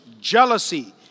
jealousy